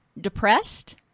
depressed